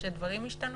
שדברים ישתנו,